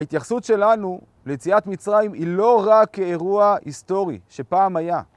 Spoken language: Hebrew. ההתייחסות שלנו ליציאת מצרים היא לא רק כאירוע היסטורי שפעם היה.